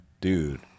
Dude